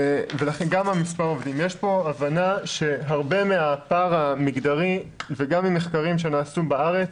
יש כאן הבנה שהרבה מהפער המגדרי גם ממחקרים שנעשו בארץ